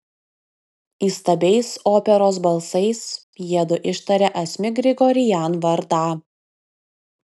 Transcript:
įstabiais operos balsais jiedu ištarė asmik grigorian vardą